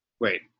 Wait